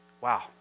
wow